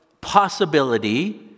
possibility